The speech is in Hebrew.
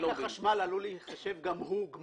גם שקע חשמל עלול להיחשב גמר.